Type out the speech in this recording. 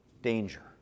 danger